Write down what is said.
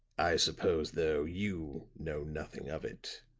i suppose, though, you know nothing of it?